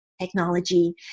technology